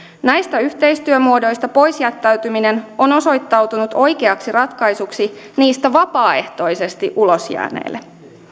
näistä yhteistyömuodoista poisjättäytyminen on osoittautunut oikeaksi ratkaisuksi niistä vapaaehtoisesti ulos jääneille